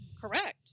correct